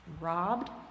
Robbed